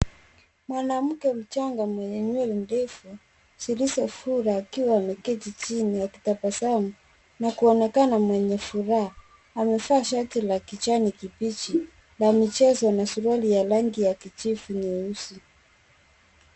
Mwanamke mchanga mwenye nywele ndefu, zilizofura akiwa ameketi chini akitabasamu na kuonekana mwenye furaha, amevaa shati la kijanikibichi na michezo na suruali ya rangi ya kijivu nyeusi.